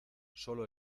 sólo